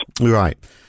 Right